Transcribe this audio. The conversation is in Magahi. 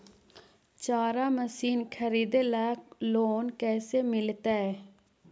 चारा मशिन खरीदे ल लोन कैसे मिलतै?